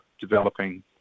developing